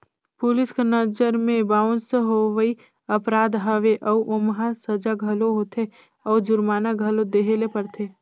police कर नंजर में बाउंस होवई अपराध हवे अउ ओम्हां सजा घलो होथे अउ जुरमाना घलो देहे ले परथे